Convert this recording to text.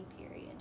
period